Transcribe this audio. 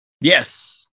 yes